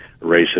racist